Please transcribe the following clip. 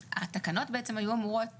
התקנות בעצם היו אמורות